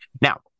Now